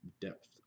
depth